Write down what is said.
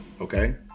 okay